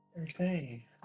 Okay